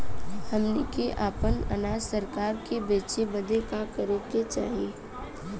हमनी के आपन अनाज सरकार के बेचे बदे का करे के चाही?